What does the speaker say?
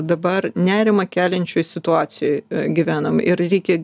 dabar nerimą keliančioj situacijoj gyvenam ir reikia